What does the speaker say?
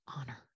honor